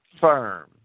firm